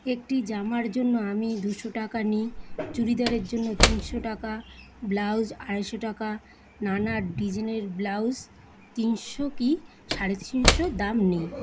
একটি জামার জন্য আমি দুশো টাকা নিই চুড়িদারের জন্য তিনশো টাকা ব্লাউজ আড়াইশো টাকা নানা ডিজাইনের ব্লাউজ তিনশো কি সাড়ে তিনশো দাম নিই